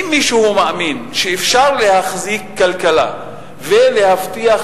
האם מישהו מאמין שאפשר להחזיק כלכלה ולהבטיח